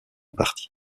parti